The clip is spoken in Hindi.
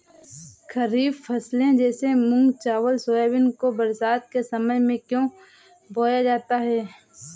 खरीफ फसले जैसे मूंग चावल सोयाबीन को बरसात के समय में क्यो बोया जाता है?